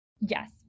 Yes